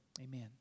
Amen